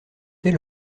elle